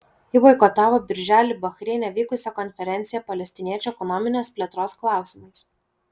ji boikotavo birželį bahreine vykusią konferenciją palestiniečių ekonominės plėtros klausimais